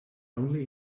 only